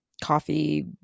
coffee